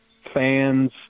fans